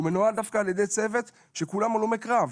הוא מנוהל דווקא על ידי צוות שכולם הלומי קרב.